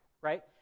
right